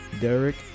Derek